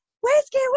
whiskey